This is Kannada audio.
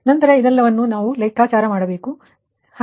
ನಂತರ ನೀವು ಇದನ್ನೆಲ್ಲ ಲೆಕ್ಕಾಚಾರ ಮಾಡುತ್ತೀರಿ